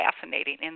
fascinating